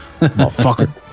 Motherfucker